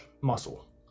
muscle